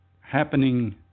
happening